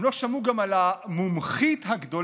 הם לא שמעו גם על המומחית הגדולה,